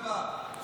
כלום ושום דבר.